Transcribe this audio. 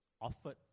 offered